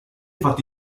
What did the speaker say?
fatti